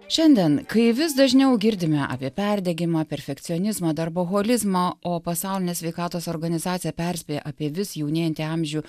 šiandien kai vis dažniau girdime apie perdegimą perfekcionizmą darboholizmą o pasaulinė sveikatos organizacija perspėja apie vis jaunėjantį amžių